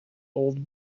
old